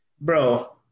Bro